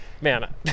Man